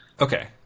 Okay